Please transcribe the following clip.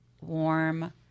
warm